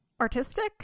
artistic